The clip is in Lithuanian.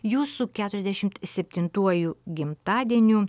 jus su keturiasdešimt septintuoju gimtadieniu